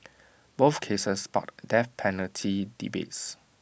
both cases sparked death penalty debates